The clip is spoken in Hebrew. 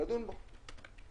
נדון בו.